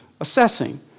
assessing